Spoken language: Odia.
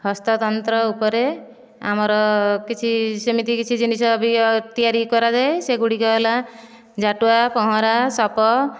ହସ୍ତତନ୍ତ ଉପରେ ଆମର କିଛି ସେମିତି କିଛି ଜିନିଷ ବି ତିଆରି କରାଯାଏ ସେଗୁଡ଼ିକ ହେଲା ଝାଟୁଆ ପହଁରା ସପ